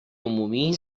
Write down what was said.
عمومی